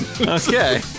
Okay